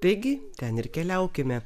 taigi ten ir keliaukime